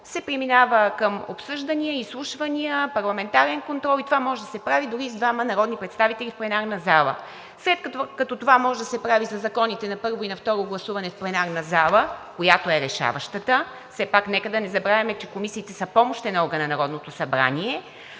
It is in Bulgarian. се преминава към обсъждания, изслушвания, парламентарен контрол и това може да се прави дори с двама народни представители в пленарната зала. След като може да се прави със законите за първо и за второ гласуване в пленарната залата, която е решаваща – все пак нека да не забравяме, че комисиите са помощен орган на Народното събрание,